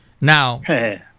Now